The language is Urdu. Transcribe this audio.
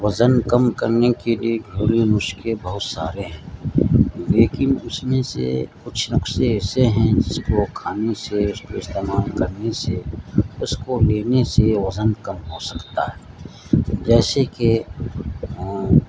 وزن کم کرنے کے لیے گھریلو نسخے بہت سارے ہیں لیکن اس میں سے کچھ نسخے ایسے ہیں جس کو کھانے سے اس کو استعمال کرنے سے اس کو لینے سے وزن کم ہو سکتا ہے جیسے کہ